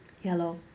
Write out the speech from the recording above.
ya lor